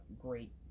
great